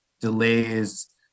delays